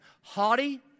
Haughty